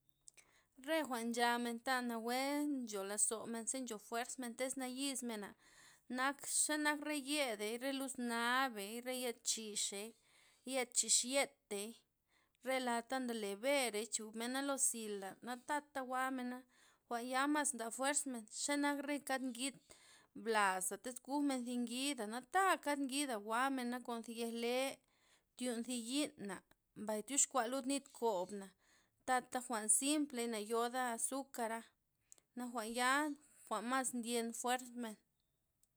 Re jwa'n nchamenta nawe'e ncho lozomen ze ncho fuersmen tiz nayismena', nak xenak re yedei, re luznabey, re yed chixey, yed yechixitey, re lata ndole bere'i, chubmena' lo zila' na tata jwa'mena, jwan ya, nda mas fuerzmen xenak re kad ngid blaza' izkugmen zi ngid, na' ta ngida jwa'mena' kon thi yej le', tyun' thi yi'na mbay tyoskua lud nitkobna' tata jwa'n simpley nayodey azukara,' na jwa'n ya jwa'n mas ndyen fuerzmen.